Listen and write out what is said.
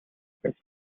байсан